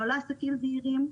לא לעסקים זעירים,